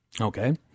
Okay